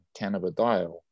cannabidiol